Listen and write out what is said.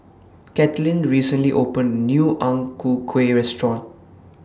Kathlene recently opened A New Ang Ku Kueh Restaurant